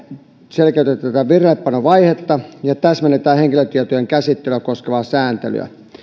selkeytetään vireillepanovaihetta ja täsmennetään henkilötietojen käsittelyä koskevaa sääntelyä